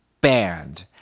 banned